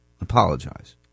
apologize